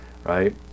Right